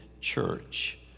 church